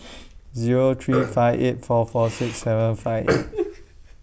Zero three five eight four four six seven five eight